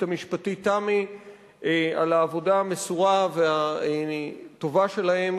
המשפטית תמי על העבודה המסורה והטובה שלהן,